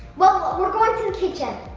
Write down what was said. well, we're going to the kitchen.